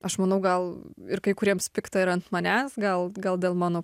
aš manau gal ir kai kuriems pikta ir ant manęs gal gal dėl mano